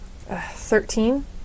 Thirteen